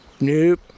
Nope